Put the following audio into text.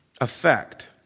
effect